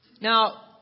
Now